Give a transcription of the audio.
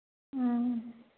ꯎꯝ